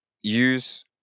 use